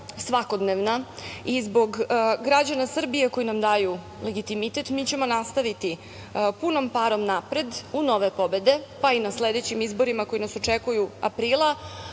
svakodnevna i zbog građana Srbije koji nam daju legitimitet, mi ćemo nastaviti punom parom napred u nove pobede, pa i na sledećim izborima koji nas očekuju aprila,